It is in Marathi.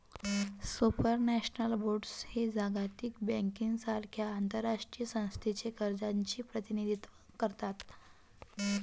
सुपरनॅशनल बॉण्ड्स हे जागतिक बँकेसारख्या आंतरराष्ट्रीय संस्थांच्या कर्जाचे प्रतिनिधित्व करतात